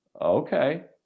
Okay